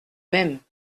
même